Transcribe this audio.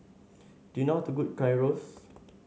do you know how to cook Gyros